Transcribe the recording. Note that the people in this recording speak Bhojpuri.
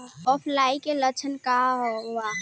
ऑफलाइनके लक्षण क वा?